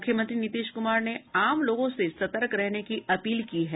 मुख्यमंत्री नीतीश कुमार ने आम लोगों से सतर्क रहने की अपील की है